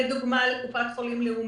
לדוגמה לקופת חולים לאומית.